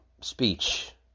speech